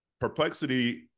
Perplexity